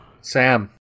Sam